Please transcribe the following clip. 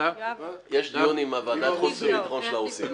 יש דיון עם ועדת חוץ וביטחון של הרוסים.